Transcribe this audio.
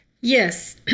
Yes